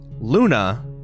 Luna